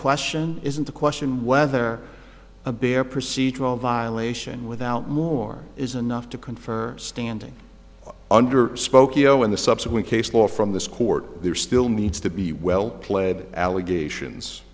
question isn't the question whether a bare procedural violation without more is enough to confer standing under spokeo in the subsequent case law from this court there still needs to be well play allegations